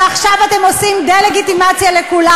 שעכשיו אתם עושים דה-לגיטימציה לכולם.